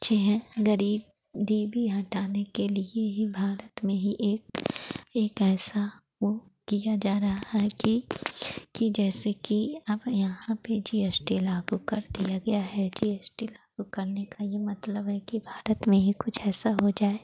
पीछे हैं ग़रीब दीबी हटाने के लिए ही भारत में ही एक एक ऐसा वह किया जा रहा है कि कि जैसे कि अब यहाँ पर जी एश टी लागू कर दिया गया है जी एस टी लागू करने का यह मतलब है कि भारत में ही कुछ ऐसा हो जाए